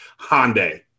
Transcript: Hyundai